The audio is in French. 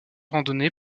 randonnée